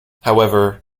however